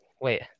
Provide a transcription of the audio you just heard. wait